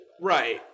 Right